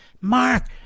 Mark